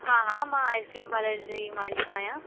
हा हा मां आइसक्रीम पार्लर जी मालिक आहियां